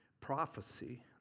prophecy